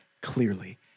clearly